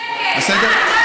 9,000 שקל מכספי ציבור.